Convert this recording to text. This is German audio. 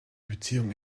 beziehung